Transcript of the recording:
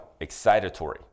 excitatory